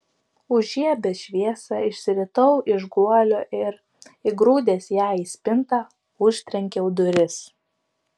užžiebęs šviesą išsiritau iš guolio ir įgrūdęs ją į spintą užtrenkiau duris